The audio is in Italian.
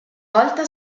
volta